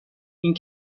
این